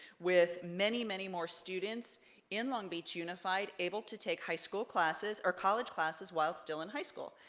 with many, many more students in long beach unified able to take high school classes, or college classes while still in high school.